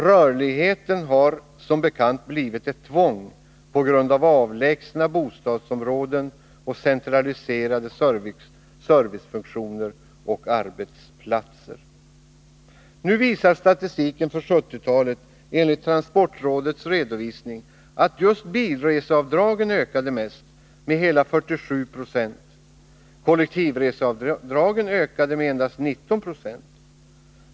Rörligheten har som bekant blivit ett tvång på grund av avlägsna bostadsområden och centraliserade servicefunktioner och arbetsplatser. Nu visar statistiken för 1970-talet enligt transportrådets redovisning att just bilreseavdragen ökade mest — med hela 47 96. Kollektivreseavdragen ökade med endast 19 90.